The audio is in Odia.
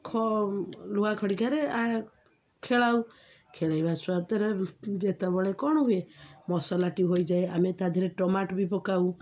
ଖ ଲୁହା ଖଡ଼ିକାରେ ଖେଳାଉ ଖେଳେଇବା ସ୍ୱାଦରେ ଯେତେବେଳେ କ'ଣ ହୁଏ ମସଲାଟି ହୋଇଯାଏ ଆମେ ତା ଦିହରେ ଟମାଟୋ ବି ପକାଉ